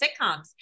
sitcoms